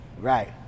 Right